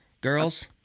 Girls